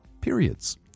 Periods